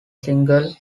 single